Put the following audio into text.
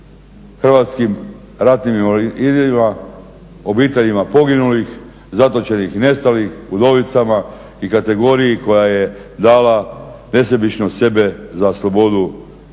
božićni poklon HRVI-a, obiteljima poginulih, zatočenih i nestalih, udovicama i kategoriji koja je dala nesebično sebe za slobodu naše